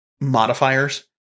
modifiers